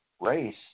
race